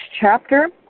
chapter